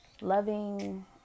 loving